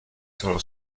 sono